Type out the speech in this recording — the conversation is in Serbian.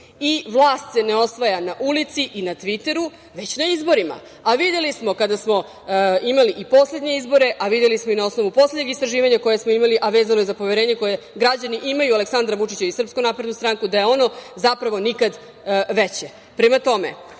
i vlast se ne osvaja na ulici i na tviteru, već na izborima. Videli smo kada smo imali i poslednje izbore, a videli smo i na osnovu poslednjeg istraživanja koje smo imali, a vezano je za poverenje koje građani imaju u Aleksandra Vučića i SNS, da je ono, zapravo nikad veće. Prema tome,